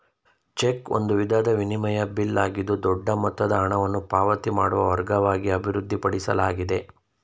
check ಒಂದು ವಿಧದ ವಿನಿಮಯ ಬಿಲ್ ಆಗಿದ್ದು ದೊಡ್ಡ ಮೊತ್ತದ ಹಣವನ್ನು ಪಾವತಿ ಮಾಡುವ ಮಾರ್ಗವಾಗಿ ಅಭಿವೃದ್ಧಿಪಡಿಸಲಾಗಿದೆ